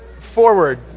forward